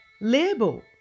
label